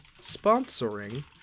sponsoring